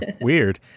Weird